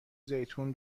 زیتون